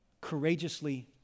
courageously